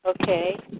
Okay